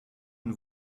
une